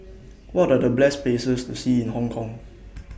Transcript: What Are The Best Places to See in Hong Kong